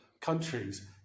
countries